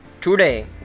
Today